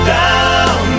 down